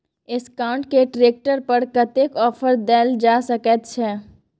Escort के tractor पर कतेक ऑफर दैल जा सकेत छै?